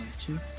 two